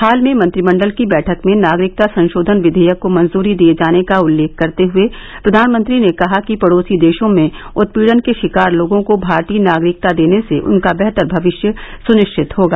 हाल में मंत्रिमंडल की बैठक में नागरिकता संशोधन विवेयक को मंजूरी दिये जाने का उल्लेख करते हुए प्रधानमंत्री ने कहा कि पड़ोसी देशों में उत्पीड़न के शिकार लोगों को भारतीय नागरिकता देने से उनका बेहतर भविष्य सुनिश्चित होगा